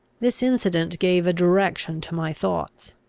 this incident gave a direction to my thoughts.